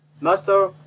Master